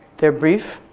they're brief.